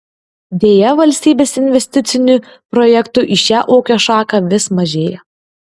deja valstybės investicinių projektų į šią ūkio šaką vis mažėja